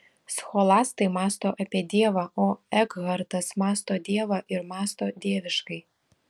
scholastai mąsto apie dievą o ekhartas mąsto dievą ir mąsto dieviškai